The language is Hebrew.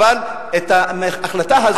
אבל ההחלטה הזו,